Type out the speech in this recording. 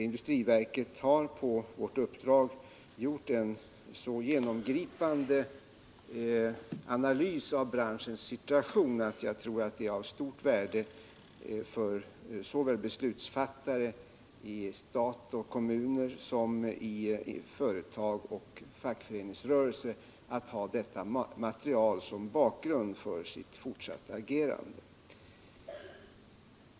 Industriverket har på vårt uppdrag gjort en så genomgripande analys av branschens situation att jag tror det är av stort värde för beslutsfattare såväl i stat och kommuner som i företag och fackföreningsrörelse att ha detta material som bakgrund för sitt fortsatta agerande.